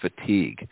fatigue